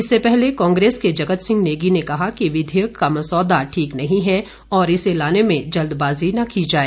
इससे पहले कांग्रेस के जगत सिंह नेगी ने कहा कि विधेयक का मसौदा ठीक नहीं है और इसे लाने में जल्द बाजी न की जाए